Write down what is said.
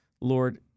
Lord